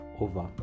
over